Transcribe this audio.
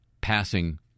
passing